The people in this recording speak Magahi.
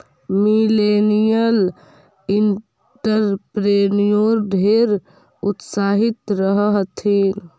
मिलेनियल एंटेरप्रेन्योर ढेर उत्साहित रह हथिन